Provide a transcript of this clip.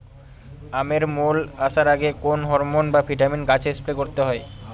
আমের মোল আসার আগে কোন হরমন বা ভিটামিন গাছে স্প্রে করতে হয়?